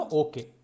okay